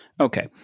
okay